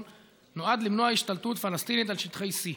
נועד למנוע השתלטות פלסטינית על שטחי C,